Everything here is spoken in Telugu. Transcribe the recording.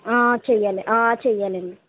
చెయ్యాలి చెయ్యాలండి